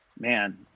man